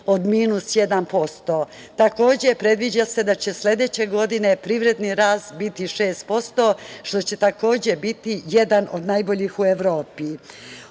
jedan posto. Takođe, predviđa se da će sledeće godine privredni rast biti 6% što će takođe biti jedan od najboljih u Evropi. Ono